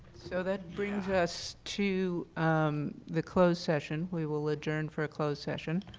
so that brings us to the closed session. we will adjourn for a closed session.